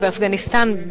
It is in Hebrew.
באפגניסטן,